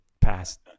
past